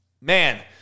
Man